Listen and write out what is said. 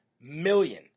million